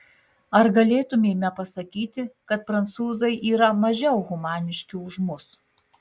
ar galėtumėme pasakyti kad prancūzai yra mažiau humaniški už mus